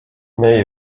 may